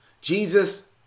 Jesus